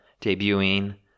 debuting